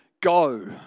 Go